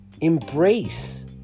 embrace